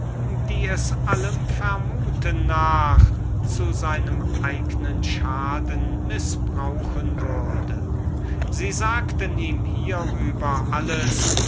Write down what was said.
die es allem vermuten nach zu seinem größesten schaden mißbrauchen würde sie sagten ihm hierüber alles